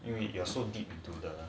too deep into the